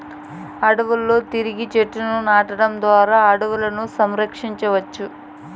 అడవులలో తిరిగి చెట్లను నాటడం ద్వారా అడవులను సంరక్షించవచ్చు